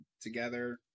together